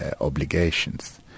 obligations